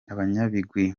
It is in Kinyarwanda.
abanyabigwi